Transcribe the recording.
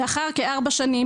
לאחר כארבע שנים,